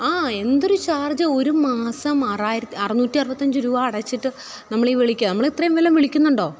ആ എന്തൊരു ചാര്ജ്ജ് ഒരു മാസം അറുന്നൂറ്റി അറുപത്തഞ്ച് രൂപ അടച്ചിട്ട് നമ്മൾ ഈ വിളിക്കുക നമ്മൾ ഇത്രയും വല്ലതും വിളിക്കുന്നുണ്ടോ